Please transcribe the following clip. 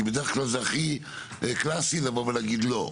כי בדרך כלל זה הכי קלאסי לבוא ולהגיד לא.